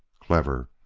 clever!